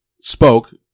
spoke